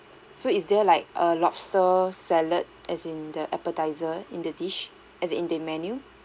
so is there like a lobster salad as in the appetiser in the dish as in in the menu